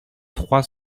trois